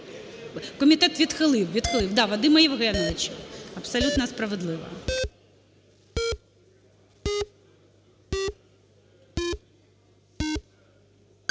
Комітет відхилив, Вадиме Євгеновичу, абсолютно справедливо.